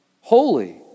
holy